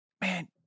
man